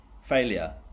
failure